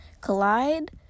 collide